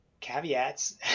caveats